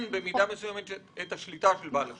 במידה מסוימת את השליטה של בעל השליטה.